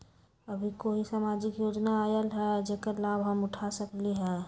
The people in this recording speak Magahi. अभी कोई सामाजिक योजना आयल है जेकर लाभ हम उठा सकली ह?